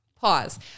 pause